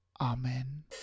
Amen